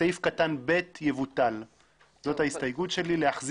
זוהי הכנה לקריאה שנייה ושלישית.